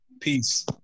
Peace